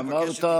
שאמרת.